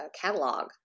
catalog